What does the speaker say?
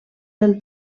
del